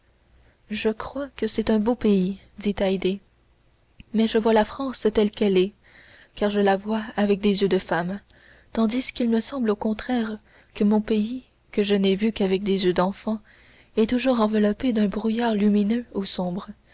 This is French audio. je crois que c'est un beau pays dit haydée mais je vois la france telle qu'elle est car je la vois avec des yeux de femme tandis qu'il me semble au contraire que mon pays que je n'ai vu qu'avec des yeux d'enfant est toujours enveloppé d'un brouillard lumineux ou sombre